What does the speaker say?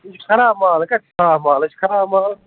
یہ چھُ خراب مال یہِ کَتہِ چھُ صاف مال یہ چھُ خراب مال